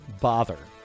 bother